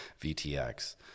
VTX